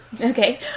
okay